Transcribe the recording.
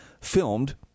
filmed